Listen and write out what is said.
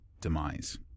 demise